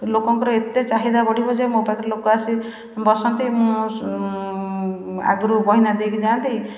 ଲୋକଙ୍କର ଏତେ ଚାହିଦା ବଢ଼ିବ ଯେ ମୋ ପାଖରେ ଲୋକ ଆସିକି ବସନ୍ତି ମୁଁ ଆଗରୁ ବହିନା ଦେଇକି ଯାଆନ୍ତି